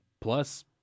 plus